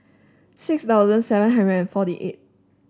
six thousand seven hundred and forty eighth